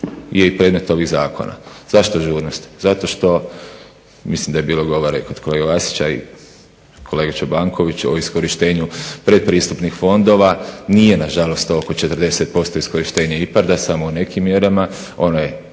je i predmet ovih zakona. Zašto žurnost? Zato što mislim da je bilo govora i kod kolege Vasića i kolege Čobankovića o iskorištenju predpristupnih fondova, nije nažalost oko 40% iskorištenje IPARD-a samo u nekim mjerama, ono je